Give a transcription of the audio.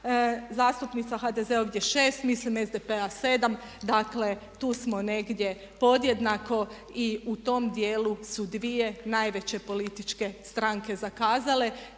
Zastupnica HDZ-a je ovdje 6, mislim SDP-a 7, dakle tu smo negdje podjednako i u tom djelu su dvije najveće političke stranke zakazale